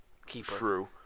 True